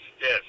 yes